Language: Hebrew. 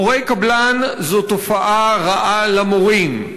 מורי קבלן, זאת תופעה רעה למורים.